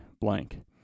blank